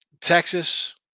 Texas